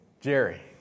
Jerry